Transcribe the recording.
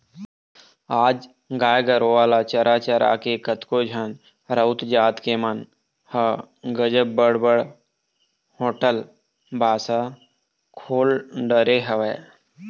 आज गाय गरुवा ल चरा चरा के कतको झन राउत जात के मन ह गजब बड़ बड़ होटल बासा खोल डरे हवय